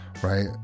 Right